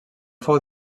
fou